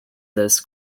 this